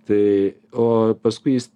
tai o paskui jis